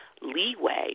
leeway